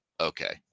okay